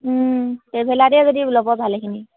ট্ৰেভেলাৰতে যদি ল'ব ভালেখিনি